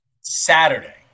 Saturday